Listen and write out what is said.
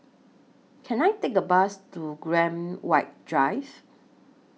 Can I Take A Bus to Graham White Drive